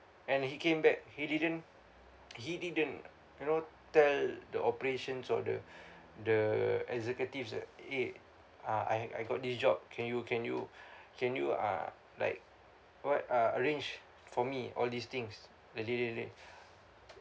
and he came back he didn't he didn't you know tell the operations or the the executives that eh uh I I got this job can you can you can you uh like what uh arrange for me all these things